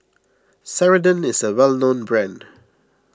Ceradan is a well known brand